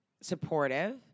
supportive